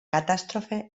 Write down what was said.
catástrofe